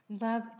Love